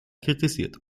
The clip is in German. kritisiert